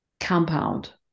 compound